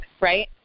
right